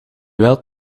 wilt